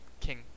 king